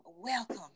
welcome